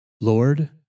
Lord